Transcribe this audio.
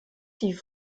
die